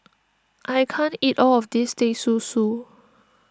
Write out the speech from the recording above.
I can't eat all of this Teh Susu